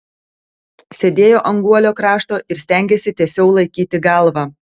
sėdėjo ant guolio krašto ir stengėsi tiesiau laikyti galvą